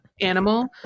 animal